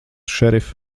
šerif